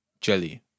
jelly